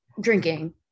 drinking